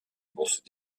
bourses